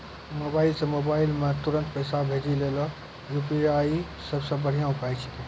mobile से mobile मे तुरन्त पैसा भेजे लेली यू.पी.आई सबसे बढ़िया उपाय छिकै